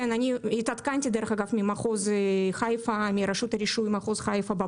התעדכנתי מרשות הרישוי במחוז חיפה,